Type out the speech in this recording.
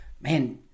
man